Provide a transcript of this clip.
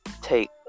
take